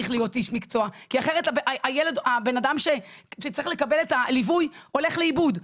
אחרת האדם שצריך לקבל את הליווי הולך לאיבוד.